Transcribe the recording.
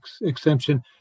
exemption